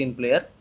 player